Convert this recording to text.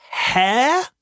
Hair